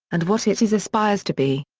and what it is aspires to be.